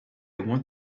want